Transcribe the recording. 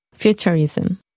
Futurism